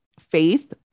faith